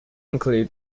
include